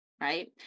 right